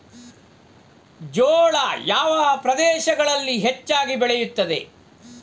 ಜೋಳ ಯಾವ ಪ್ರದೇಶಗಳಲ್ಲಿ ಹೆಚ್ಚಾಗಿ ಬೆಳೆಯುತ್ತದೆ?